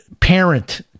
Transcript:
parent